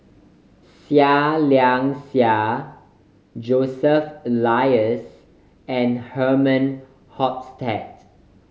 Seah Liang Seah Joseph Elias and Herman Hochstadt